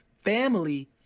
family